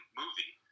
movie